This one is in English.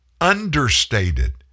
understated